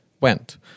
went